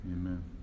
Amen